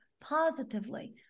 positively